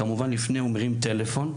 כמובן לפני כן מתקשרים אליו